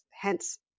hence